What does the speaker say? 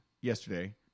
yesterday